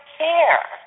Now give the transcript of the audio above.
care